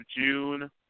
June